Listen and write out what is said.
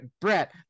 Brett